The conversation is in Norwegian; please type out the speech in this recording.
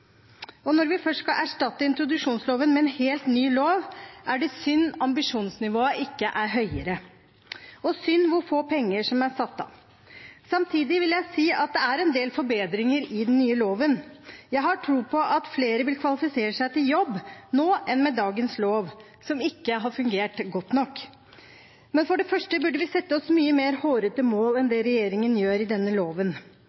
Når vi først skal erstatte introduksjonsloven med en helt ny lov, er det synd at ambisjonsnivået ikke er høyere, og det er synd at det er satt av så lite penger. Samtidig vil jeg si at det er en del forbedringer i den nye loven. Jeg har tro på at flere vil kvalifisere seg til jobb nå enn med dagens lov, som ikke har fungert godt nok. Men for det første burde vi sette oss mye mer hårete mål enn